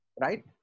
right